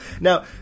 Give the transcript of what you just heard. Now